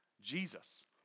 Jesus